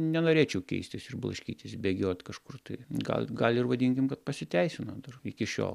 nenorėčiau keistis ir blaškytis bėgiot kažkur tai gal gal ir vadinkim pasiteisino dar iki šiol